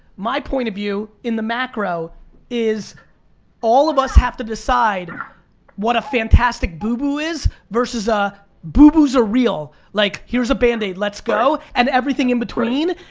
my point of view in the macro is all of us have to decide what a fantastic boo-boo is versus a boo-boos are real. like here's a band-aid, let's go, and everything in between.